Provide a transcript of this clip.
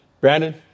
Brandon